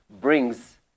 brings